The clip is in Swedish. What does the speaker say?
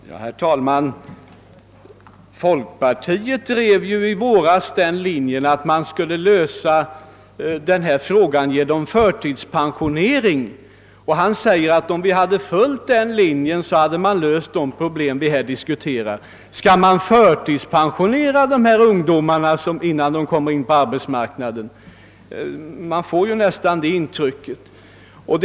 Herr talman! Folkpartiet drev ju i våras linjen, att man :' skulle lösa denna fråga genom förtidspensionering. Herr Wedén säger, att om vi följt dess förslag, så hade vi löst det problem vi nu diskuterar. Skall man förtidspensionera dessa ungdomar, innan de kommit in på arbetsmarknaden? Man får nästan det intrycket av herr Wedéns anförande.